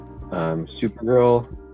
supergirl